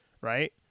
right